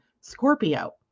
Scorpio